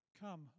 Come